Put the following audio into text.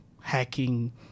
hacking